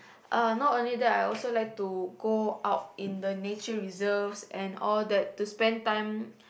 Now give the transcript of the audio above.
uh not only that I also like to go out in the nature reserves and all that to spend time